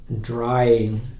drying